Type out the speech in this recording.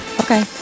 Okay